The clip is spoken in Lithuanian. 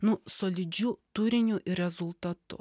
nu solidžiu turiniu ir rezultatu